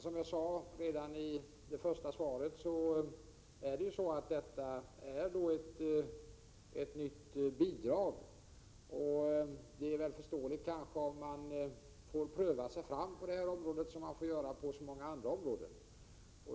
Som jag sade redan i interpellationssvaret är detta ett nytt bidrag, och det är kanske förståeligt om man på detta område får pröva sig fram på samma sätt som man får göra på många andra områden.